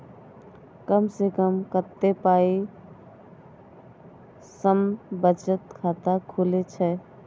कम से कम कत्ते पाई सं बचत खाता खुले छै?